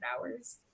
hours